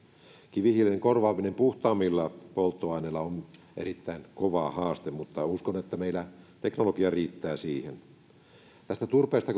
kivihiilen korvaaminen puhtaammilla polttoaineilla on erittäin kova haaste mutta uskon että meillä teknologia riittää siihen kun täällä turpeesta